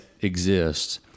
exists